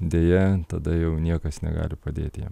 deja tada jau niekas negali padėti jam